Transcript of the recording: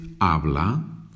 habla